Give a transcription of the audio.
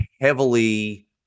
heavily